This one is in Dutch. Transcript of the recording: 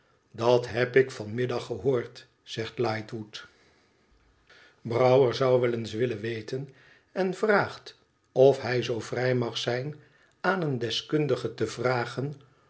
idat heb ik van middag gehoord zegt lightwood brouwer zou wel eens willen weten en vraagt of hij zoo vrij mag zijn aan een deskundige te vragen